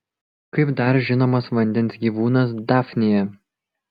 kaip dar žinomas vandens gyvūnas dafnija